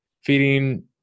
feeding